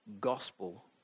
gospel